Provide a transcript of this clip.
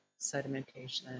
sedimentation